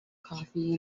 coffee